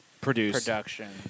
production